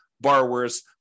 borrowers